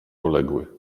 poległy